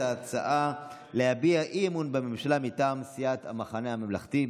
ההצעה להביע אי-אמון בממשלה מטעם סיעת המחנה הממלכתי.